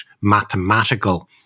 mathematical